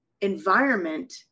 environment